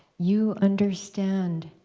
you understand,